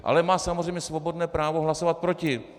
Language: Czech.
Ale má samozřejmě svobodné právo hlasovat proti!